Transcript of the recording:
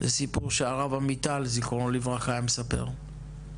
זה סיפור שהרב עמיטל זכרונו לברכה היה מספר.